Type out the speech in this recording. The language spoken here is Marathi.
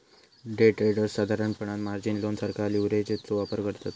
डे ट्रेडर्स साधारणपणान मार्जिन लोन सारखा लीव्हरेजचो वापर करतत